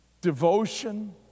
devotion